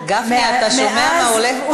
גפני, אתה שומע מה הולך פה?